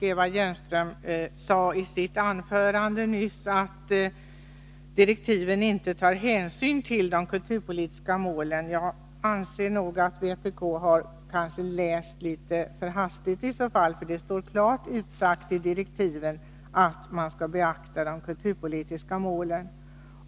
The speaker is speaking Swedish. Eva Hjelmström sade i sitt anförande nyss att direktiven inte tar hänsyn till de kulturpolitiska målen. Jag anser att vpk har läst för hastigt i så fall, för det står klart utsagt i direktiven att man skall beakta de kulturpolitiska målen.